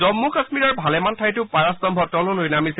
জম্মু কাশ্মীৰৰ ভালেমান ঠাইতো পাৰাস্তম্ভ তললৈ নামিছে